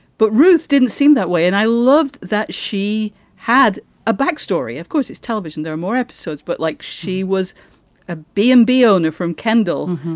but ruth didn't seem that way. and i loved that she had a backstory. of course, it's television. there are more episodes. but like she was a bmb owner from kendall,